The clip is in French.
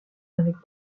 avec